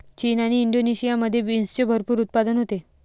चीन आणि इंडोनेशियामध्ये बीन्सचे भरपूर उत्पादन होते